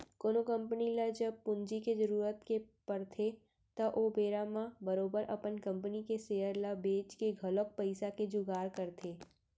कोनो कंपनी ल जब पूंजी के जरुरत के पड़थे त ओ बेरा म बरोबर अपन कंपनी के सेयर ल बेंच के घलौक पइसा के जुगाड़ करथे